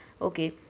okay